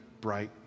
bright